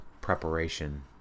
preparation